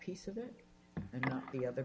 piece of it and the other